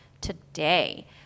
today